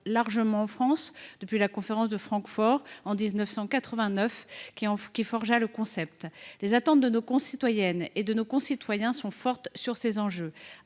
largement en France depuis la conférence de Francfort en 1989, qui en forgea le concept. Les attentes de nos concitoyennes et de nos concitoyens à cet égard sont